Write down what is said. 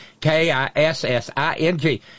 K-I-S-S-I-N-G